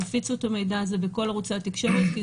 תפיצו את המידע הזה בכל ערוצי התקשורת כי